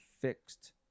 fixed